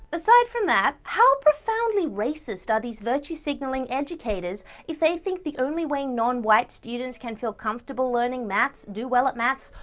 aside for that how profoundly racist are these virtue signalling educators if they think the only way non-white students can feel comfortable learning maths, do well at it,